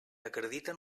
acrediten